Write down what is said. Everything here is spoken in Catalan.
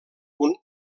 punt